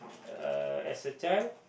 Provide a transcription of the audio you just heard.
uh as a child